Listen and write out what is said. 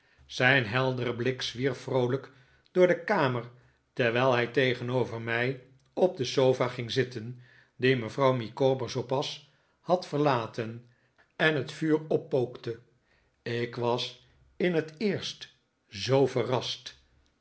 zijn heldere blik zwierf vroolijk door de kamer terwijl hij tegenover mij op de sofa ging zitten die mevrouw micawber zoo pas had verlaten en het vuur oppookte ik was in het eerst zoo verrast